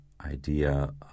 idea